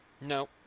No